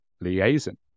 liaison